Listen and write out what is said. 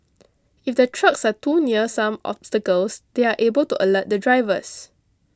if the trucks are too near some obstacles they are able to alert the drivers